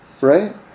right